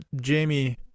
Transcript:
Jamie